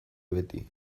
beti